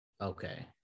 okay